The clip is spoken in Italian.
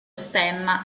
stemma